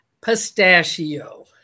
Pistachio